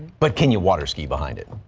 but can you water ski behind it.